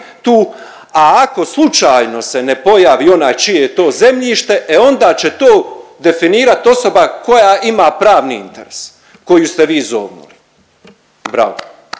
tu, a ako slučajno se ne pojavi onaj čije je to zemljište e onda će to definirat osoba koja ima pravni interes koju ste vi zovnuli. Bravo.